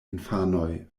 infanoj